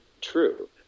true